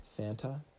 Fanta